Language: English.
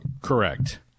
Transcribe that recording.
Correct